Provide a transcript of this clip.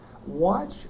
Watch